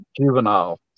juvenile